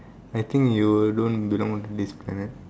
I think you don't belong onto this planet